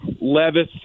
Levis